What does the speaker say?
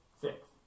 six